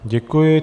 Děkuji.